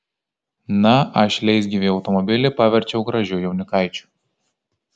na aš leisgyvį automobilį paverčiau gražiu jaunikaičiu